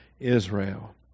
Israel